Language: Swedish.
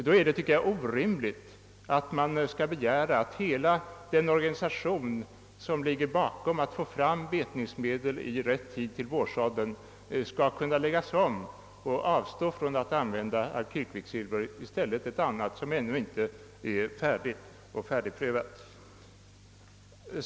Då tycker jag det är orimligt att begära att vi i detta läge utan ersättning skulle avstå från an vändandet av alkylkvicksilver och i stället begagna ett annat medel, som ännu inte var färdigprövat.